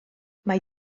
mae